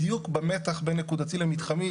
בדיוק במתח בין נקודתי למתחמי,